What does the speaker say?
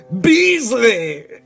Beasley